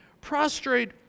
prostrate